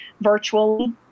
virtually